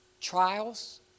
trials